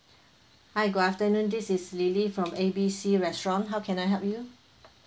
hi good afternoon this is lily from A B C restaurant how can I help you